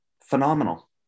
phenomenal